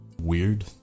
weird